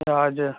ए हजुर